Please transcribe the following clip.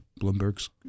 Bloomberg's